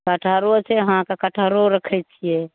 कटहरो छै अहाँके कटहरो रखैत छियै